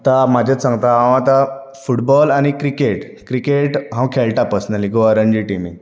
आता हांव म्हाजेच सांगतां हांव आता फुटबॉल आनी क्रिकेट क्रिकेट हांव खेळटा पर्सनली गोवा रणजी टिमीक